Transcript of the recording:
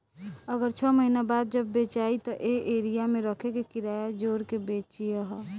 अगर छौ महीना बाद जब बेचायी त ए एरिया मे रखे के किराया जोड़ के बेची ह